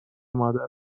مادره